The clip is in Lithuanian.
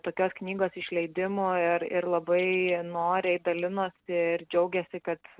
tokios knygos išleidimu ir ir labai noriai dalinosi ir džiaugėsi kad